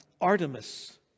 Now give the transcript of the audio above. Artemis